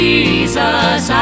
Jesus